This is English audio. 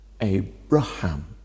Abraham